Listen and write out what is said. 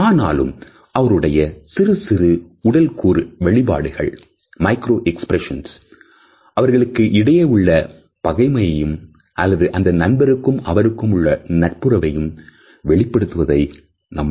ஆனாலும் அவருடைய சிறு சிறு உடல் கூறு வெளிப்பாடுகள் அவர்களுக்கு இடையே உள்ள பகைமையையும் அல்லது அந்த நபருக்கும் அவருக்கும் உள்ள நட்புறவையும் வெளிப்படுத்துவதை நம்மால் காண முடிகிறது